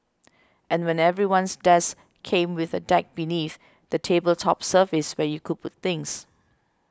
and when everyone's desk came with a deck beneath the table's top surface where you could put things